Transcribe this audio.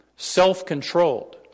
self-controlled